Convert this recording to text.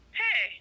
hey